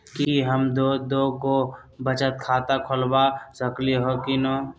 कि हम दो दो गो बचत खाता खोलबा सकली ह की न?